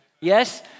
Yes